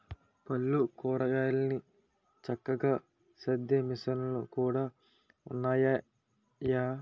పళ్ళు, కూరగాయలన్ని చక్కగా సద్దే మిసన్లు కూడా ఉన్నాయయ్య